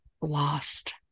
lost